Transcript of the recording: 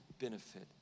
benefit